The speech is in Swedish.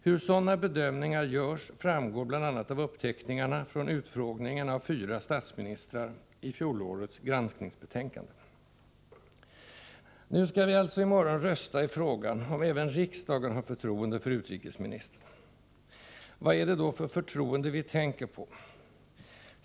Hur sådana bedömningar görs framgår bl.a. av uppteckningarna från utfrågningen av fyra statsministrar i fjolårets granskningsbetänkande. Nu skall vi alltså i morgon rösta i frågan om även riksdagen har förtroende för utrikesministern. Vad är det då för förtroende vi tänker på?